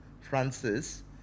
Francis